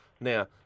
Now